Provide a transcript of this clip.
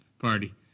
party